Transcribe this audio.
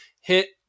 hit